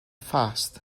fast